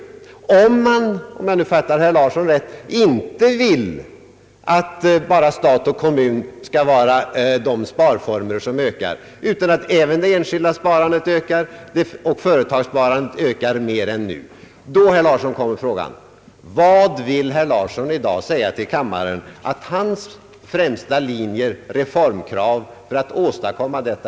Om man inte vill att bara det statliga och kommunala sparandet skall vara det som ökar utan vill att det enskilda sparandet såväl som företags sparandet skall öka mer än nu, då inställer sig frågan hur vi skall uppmuntra detta. Vad vill herr Larsson i dag säga till kammaren att hans främsta reformkrav är för att åstadkomma detta?